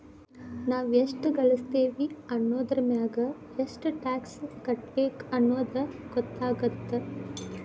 ನಾವ್ ಎಷ್ಟ ಗಳಸ್ತೇವಿ ಅನ್ನೋದರಮ್ಯಾಗ ಎಷ್ಟ್ ಟ್ಯಾಕ್ಸ್ ಕಟ್ಟಬೇಕ್ ಅನ್ನೊದ್ ಗೊತ್ತಾಗತ್ತ